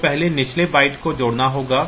तो पहले निचले बाइट्स को जोड़ना होगा